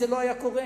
זה לא היה קורה,